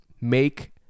make